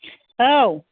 औ